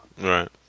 Right